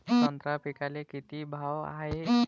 संत्रा पिकाले किती भाव हाये?